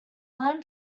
lamp